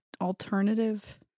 Alternative